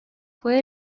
fue